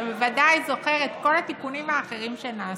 אתה ודאי זוכר את כל התיקונים האחרים שנעשו.